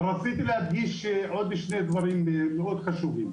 רציתי להדגיש עוד שני דברים מאוד חשובים.